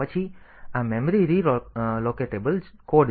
પછી આ memory relocatable code છે